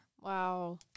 Wow